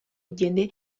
jende